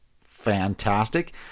fantastic